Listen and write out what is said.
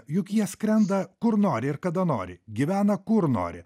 juk jie skrenda kur nori ir kada nori gyvena kur nori